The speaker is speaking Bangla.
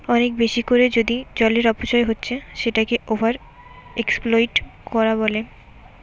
অনেক বেশি কোরে যদি জলের অপচয় হচ্ছে সেটাকে ওভার এক্সপ্লইট কোরা বলে